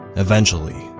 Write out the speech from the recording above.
eventually,